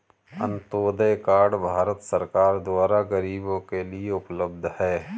Antyodaya card Bharat सरकार द्वारा गरीबो के लिए उपलब्ध है